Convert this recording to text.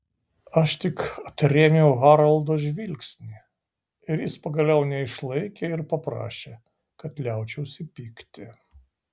aš tik atrėmiau haroldo žvilgsnį ir jis pagaliau neišlaikė ir paprašė kad liaučiausi pykti